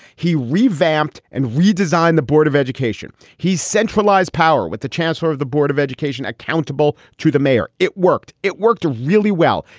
he revamped and redesigned the board of education. he's centralized power with the chancellor of the board of education accountable to the mayor. it worked. it worked really well.